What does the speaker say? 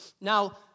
Now